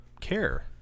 care